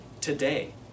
today